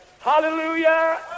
Hallelujah